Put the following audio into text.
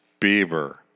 Bieber